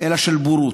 אלא של בורות,